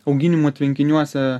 auginimo tvenkiniuose